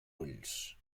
ulls